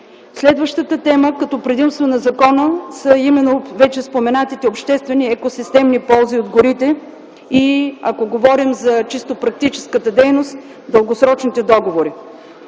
Следващите предимства на закона са именно вече споменатите обществени екосистеми и ползи от горите и ако говорим за чисто практическата дейност – дългосрочните договори.